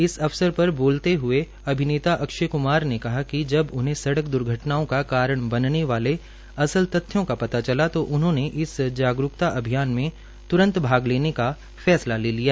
इस अवसर पर बोलते अक्षय कुमार ने कहा कि जब उन्हें सड़क द्र्घटनाओं का कारण बनने वाले असल तथ्यों का पता चला तो उन्होंने इस जागरूतकता अभियान में त्रंत भाग लेने का फैसला ले लिया